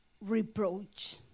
reproach